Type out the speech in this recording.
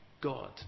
god